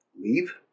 leave